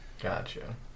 Gotcha